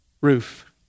Roof